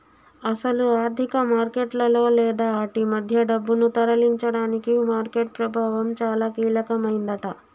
అసలు ఆర్థిక మార్కెట్లలో లేదా ఆటి మధ్య డబ్బును తరలించడానికి మార్కెట్ ప్రభావం చాలా కీలకమైందట